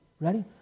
Ready